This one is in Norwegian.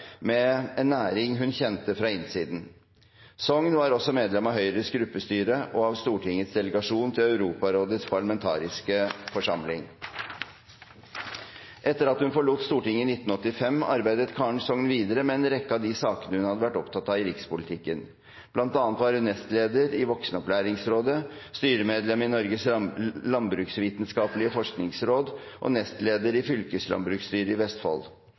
med en næring hun kjente fra innsiden. Sogn var også medlem av Høyres gruppestyre og av Stortingets delegasjon til Europarådets parlamentariske forsamling. Etter at hun forlot Stortinget i 1985, arbeidet Karen Sogn videre med en rekke av de sakene hun hadde vært opptatt av i rikspolitikken. Blant annet var hun nestleder i Voksenopplæringsrådet, styremedlem i Norges landbruksvitenskapelige forskningsråd og nestleder i fylkeslandbruksstyret i Vestfold.